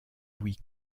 louis